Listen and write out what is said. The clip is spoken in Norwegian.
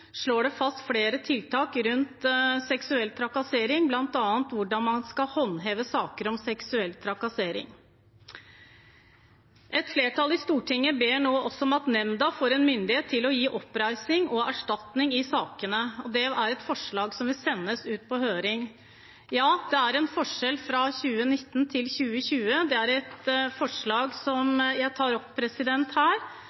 det fast flere tiltak rundt seksuell trakassering, bl.a. hvordan man skal håndheve saker om seksuell trakassering. Et flertall i Stortinget ber nå også om at nemnda får myndighet til å gi oppreising og erstatning i sakene. Det er et forslag som vil sendes ut på høring. Ja, det er en forskjell fra 2019 til 2020 – det er et forslag